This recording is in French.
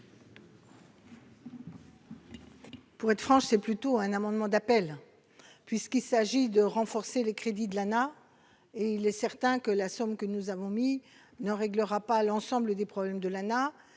Pour être franche, c'est plutôt un amendement d'appel puisqu'il s'agit de renforcer les crédits de l'Anah et il est certain que la somme que nous avons mis ne réglera pas l'ensemble des problèmes de l'Lana